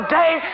day